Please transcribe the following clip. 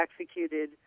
executed